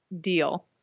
deal